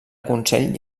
consell